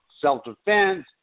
self-defense